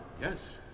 Yes